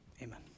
Amen